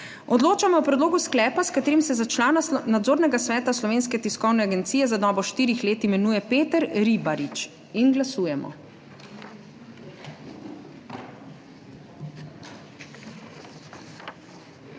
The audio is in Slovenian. Odločamo o predlogu sklepa, s katerim se za člana Nadzornega sveta Slovenske tiskovne agencije za dobo štirih let imenuje Peter Ribarič. Glasujemo.